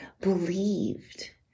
believed